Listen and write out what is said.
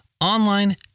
online